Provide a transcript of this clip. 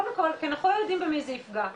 קודם כל אנחנו לא יודעים במי זה יפגע,